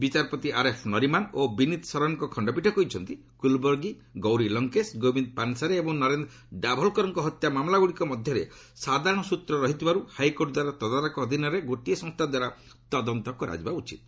ବିଚାରପତି ଆର୍ଏଫ୍ ନରିମାନ ଓ ବିନିତ ଶରନ୍ଙ୍କ ଖଣ୍ଡପୀଠ କହିଛନ୍ତି କୁଲବର୍ଗୀ ଗୌରୀ ଲଙ୍କେଶ ଗୋବିନ୍ଦ ପାନ୍ସାରେ ଏବଂ ନରେନ୍ଦ୍ର ଡାଭୋଲ୍କରଙ୍କ ହତ୍ୟା ମାମଲାଗୁଡ଼ିକ ମଧ୍ୟରେ ସାଧାରଣ ସ୍ଚତ୍ର ରହିଥିବାରୁ ହାଇକୋର୍ଟ ଦ୍ୱାରା ତଦାରଖ ଅଧୀନରେ ଗୋଟିଏ ସଂସ୍ଥା ଦ୍ୱାରା ତଦନ୍ତ କରାଯିବା ଉଚିତ୍